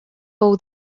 fou